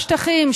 בשטחים,